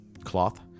Cloth